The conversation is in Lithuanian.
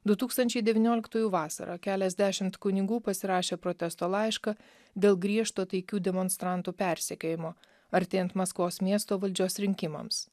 du tūkstančiai devynioliktųjų vasarą keliasdešimt kunigų pasirašė protesto laišką dėl griežto taikių demonstrantų persekiojimo artėjant maskvos miesto valdžios rinkimams